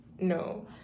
no